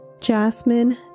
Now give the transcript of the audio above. Jasmine